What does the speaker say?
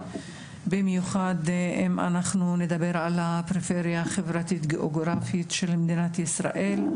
במיוחד אם נדבר על הפריפריה החברתית-גיאוגרפית של מדינת ישראל.